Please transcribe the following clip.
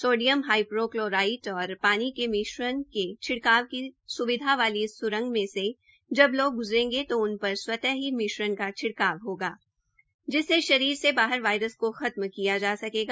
sodium hypochlorite और पानी मिश्रण के छिड़काव की स्विधा वाली इस स्रंग में से जब लोग ग्जरेगे तो उनपर स्वय ही मिश्रण का छिड़काव होगा जिसमे शरीर से बाहर से वायरस को खत्म किया जा सकेगा